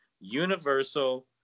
universal